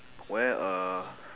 wear a